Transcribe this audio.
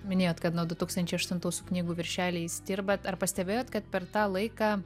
minėjot kad nuo du tūkstančiai aštuntų su knygų viršeliais dirbat ar pastebėjot kad per tą laiką